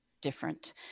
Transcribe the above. different